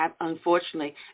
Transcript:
Unfortunately